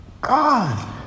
God